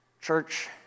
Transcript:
Church